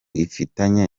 ifitanye